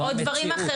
זו המציאות.